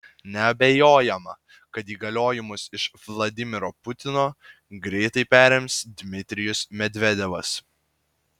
neabejojama kad įgaliojimus iš vladimiro putino greitai perims dmitrijus medvedevas